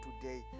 today